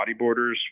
bodyboarders